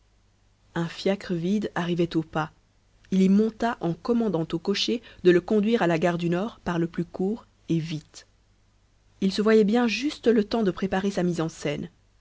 un fiacre vide arrivait au pas il y monta en commandant au cocher de le conduire à la gare du nord par le plus court et vite il se voyait bien juste le temps de préparer sa mise en scène